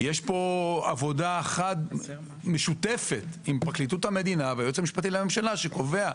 יש פה עבודה משותפת עם פרקליטות המדינה והיועץ המשפטי לממשלה שקובע.